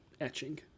etching